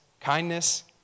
kindness